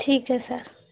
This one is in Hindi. ठीक है सर